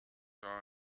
are